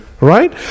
right